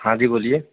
हाँ जी बोलिए